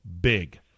big